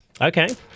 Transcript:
Okay